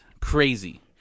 crazy